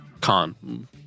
con